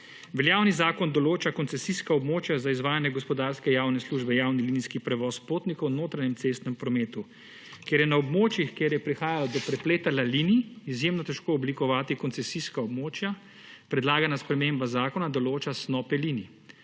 Veljavni zakon določa koncesijska območja za izvajanje gospodarske javne službe javni linijski prevoz potnikov v notranjem cestnem prometu, kjer je na območjih, kjer je prihajalo do prepletanja linij, izjemno težko oblikovati koncesijska območja, predlagana sprememba zakona določa snope linij.